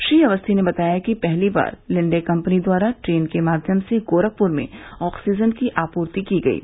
श्री अवस्थी ने बताया कि पहली बार लिण्डे कम्पनी द्वारा ट्रेन के माध्यम से गोरखप्र में ऑक्सीजन की आपूर्ति की गयी